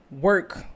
work